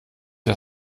ich